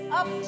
up